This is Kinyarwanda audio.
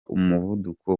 umuvuduko